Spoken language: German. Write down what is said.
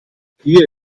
gier